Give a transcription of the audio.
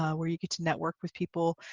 um where you get to network with people.